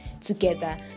together